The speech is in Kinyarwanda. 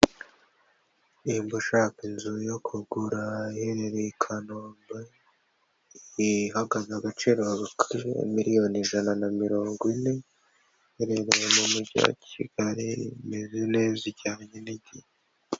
Nimba ushaka inzu yo kugura iherereye i Kanombe, ihagaze agaciro ka miliyoni ijana na mirongo ine, iherereye mu mujyi wa Kigali, imeze neza ijyanye n'igihe.